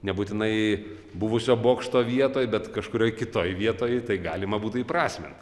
nebūtinai buvusio bokšto vietoj bet kažkurioj kitoj vietoj tai galima būtų įprasmint